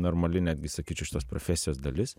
normali netgi sakyčiau šitos profesijos dalis